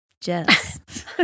Jess